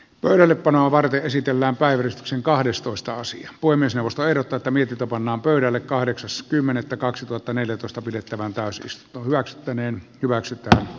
pöydällepanoa varten esitellään päivystyksen kahdestoista sija voi myös ostaa eroteta mietintö pannaan pöydälle kahdeksas kymmenettä kaksituhattaneljätoista pidettävään taas risto kaksttäneen hyväksytä